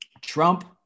Trump